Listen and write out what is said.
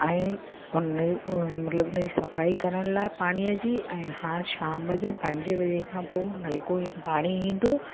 ऐं हुन ई मतलबु हुनजी सफ़ाई करण लाइ पाणीअ जी ऐं हाणे शाम जो पंजे बजे खां पोइ हल्को इहे पाणी ईंदो